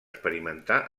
experimentar